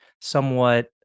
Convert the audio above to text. somewhat